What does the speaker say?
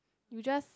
you just